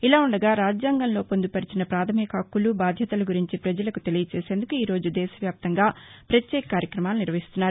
ఇలా ఉండగా రాజ్యాంగంలో పొందుపరిచిన పాథమిక హక్కులు బాధ్యతల గురించి పజలకు తెలియజేసేందుకు ఈరోజు దేశవ్యాప్తంగా పత్యేక కార్యక్రమాలు నిర్వహిస్తున్నారు